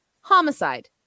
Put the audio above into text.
homicide